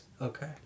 Okay